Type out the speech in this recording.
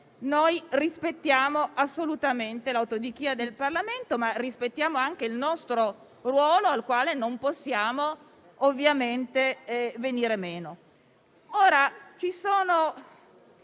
che rispettiamo assolutamente l'autodichia del Parlamento, ma anche il nostro ruolo, al quale non possiamo ovviamente venire meno.